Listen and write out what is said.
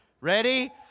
Ready